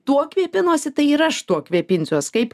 tuo kvėpinosi tai ir aš tuo kvėpinsiuos kaip